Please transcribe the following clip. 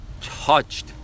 touched